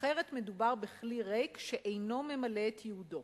אחרת מדובר בכלי ריק שאינו ממלא את ייעודו."